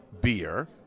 beer